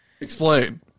Explain